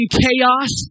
chaos